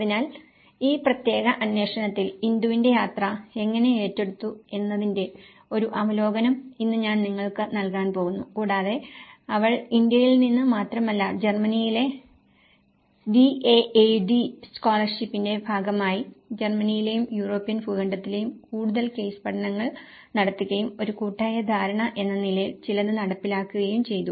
അതിനാൽ ഈ പ്രത്യേക അന്വേഷണത്തിൽ ഇന്ദുവിന്റെ യാത്ര എങ്ങനെ ഏറ്റെടുത്തു എന്നതിന്റെ ഒരു അവലോകനം ഇന്ന് ഞാൻ നിങ്ങൾക്ക് നൽകാൻ പോകുന്നു കൂടാതെ അവൾ ഇന്ത്യയിൽ നിന്ന് മാത്രമല്ല ജെർമനിയിലെ DAAD സ്കോളര്ഷിപ്പിന്റെ ഭാഗമായി ജർമ്മനിയിലെയും യൂറോപ്യൻ ഭൂഖണ്ഡത്തിലെയും കൂടുതൽ കേസ് പഠനങ്ങൾ നടത്തുകയും ഒരു കൂട്ടായ ധാരണ എന്ന നിലയിൽ ചിലത് നടപ്പിലാക്കുകയും ചെയ്തു